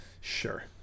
Sure